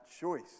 choice